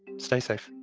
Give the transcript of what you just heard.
stay safe.